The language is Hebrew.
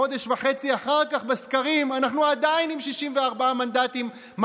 חודש וחצי אחר כך אנחנו עדיין עם 64 מנדטים בסקרים,